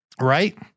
right